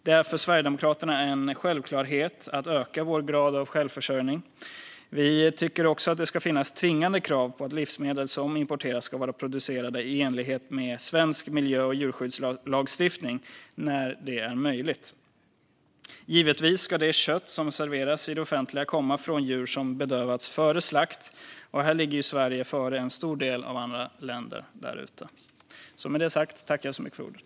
Det är för Sverigedemokraterna en självklarhet att vi ska öka vår grad av självförsörjning. Vi tycker också att det ska finnas tvingande krav på att livsmedel som importeras ska vara producerade i enlighet med svensk miljö och djurskyddslagstiftning när det är möjligt. Givetvis ska det kött som serveras i det offentliga komma från djur som har bedövats före slakt. Och här ligger Sverige före en stor del av andra länder.